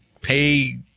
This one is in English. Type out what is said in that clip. pay